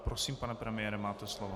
Prosím, pane premiére, máte slovo.